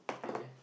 okay